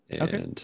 Okay